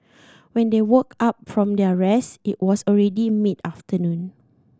when they woke up from their rest it was already mid afternoon